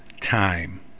time